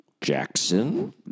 Jackson